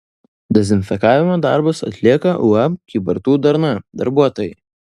dezinfekavimo darbus atlieka uab kybartų darna darbuotojai